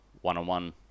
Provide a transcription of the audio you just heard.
one-on-one